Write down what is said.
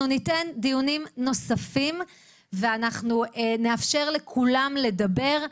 אנחנו נקיים דיונים נוספים ונאפשר לכולם לדבר,